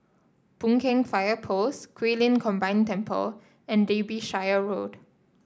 Boon Keng Fire Post Guilin Combined Temple and Derbyshire Road